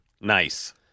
nice